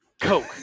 Coke